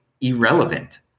irrelevant